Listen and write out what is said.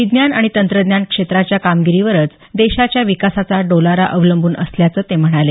विज्ञान आणि तंत्रज्ञान क्षेत्राच्या कामगिरीवरच देशाच्या विकासाचा डोलारा अवलंबून असल्याचंही ते म्हणाले